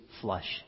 flush